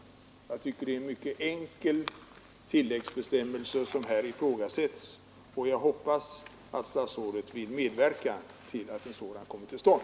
Det är en mycket enkel tilläggsbestämmelse som här ifrågasätts, och jag hoppas att statsrådet vill medverka till att en sådan kommer till stånd.